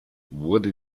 wurde